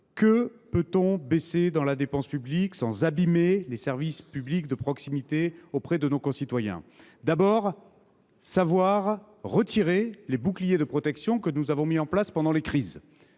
où peut on faire baisser la dépense publique sans abîmer les services publics de proximité dont bénéficient nos concitoyens ? D’abord, il nous faut savoir retirer les boucliers de protection que nous avons mis en place pendant les crises.